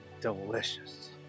delicious